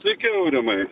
sveiki aurimai